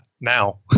now